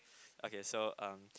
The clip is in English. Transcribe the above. okay so um